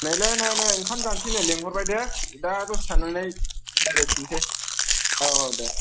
नैलै नै नै ओंखाम जानोसैनो लेंहरबाय दे दा दसे थानानै रायलायफिननोसै औ औ दे